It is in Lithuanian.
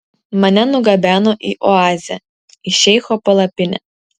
mane nugabeno į oazę į šeicho palapinę